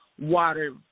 water